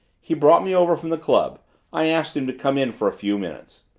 he brought me over from the club i asked him to come in for a few minutes.